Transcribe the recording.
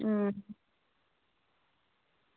अं